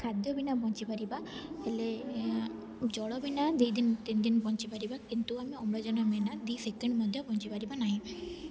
ଖାଦ୍ୟ ବିନା ବଞ୍ଚିପାରିବା ହେଲେ ଜଳ ବିନା ଦୁଇ ଦିନ ତିନି ଦିନ ବଞ୍ଚିପାରିବା କିନ୍ତୁ ଆମେ ଅମ୍ଳଜାନ ବିନା ଦୁଇ ସେକେଣ୍ଡ ମଧ୍ୟ ବଞ୍ଚିପାରିବା ନାହିଁ